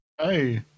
hey